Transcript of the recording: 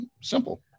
Simple